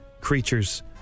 creatures